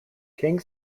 king